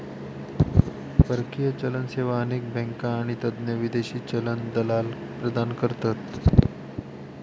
परकीय चलन सेवा अनेक बँका आणि तज्ञ विदेशी चलन दलाल प्रदान करतत